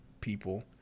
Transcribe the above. people